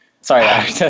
Sorry